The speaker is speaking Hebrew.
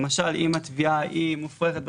למשל אם התביעה מופרכת,